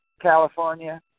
California